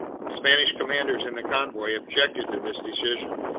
the spanish commanders in the convoy objected to this decision.